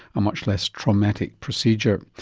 a much less traumatic procedure.